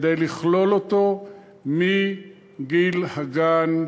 כדי לכלול אותו מגיל הגן: